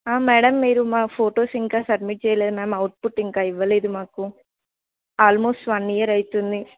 madam మీరు మా photos ఇంకా సబ్మిట్ చేయలేదు మ్యామ్ అవుట్పుట్ ఇంకా ఇవ్వలేదు మాకు ఆల్మోస్ట్ వన్ ఇయర్ అవుతుంది